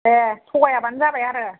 दे थगाायबानो जाबाय आरो